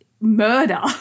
murder